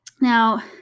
Now